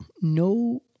no